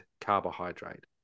carbohydrate